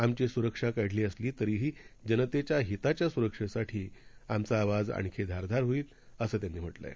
आमचीसुरक्षाकाढलीअसलीतरीहीजनतेच्याहिताच्यासुरक्षेसाठीआमचाआवाजआणखीधारदारहोईल असंत्यांनीम्हटलंय